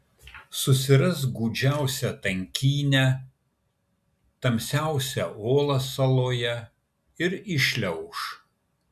susiras gūdžiausią tankynę tamsiausią olą saloje ir įšliauš